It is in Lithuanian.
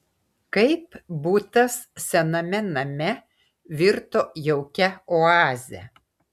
kaip butas sename name virto jaukia oaze